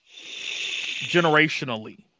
Generationally